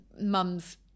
mum's